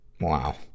Wow